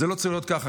זה לא צריך להיות כך.